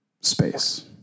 space